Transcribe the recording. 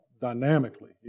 dynamically